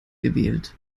gewählt